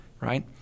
Right